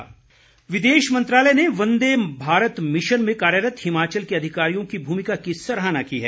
सराहना विदेश मंत्रालय ने वंदे भारत मिशन में कार्यरत हिमाचल के अधिकारियों की भूमिका की सराहना की है